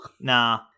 Nah